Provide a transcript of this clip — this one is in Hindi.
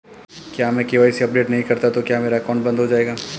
अगर मैं के.वाई.सी अपडेट नहीं करता तो क्या मेरा अकाउंट बंद हो जाएगा?